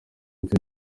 impfu